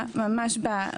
שראינו.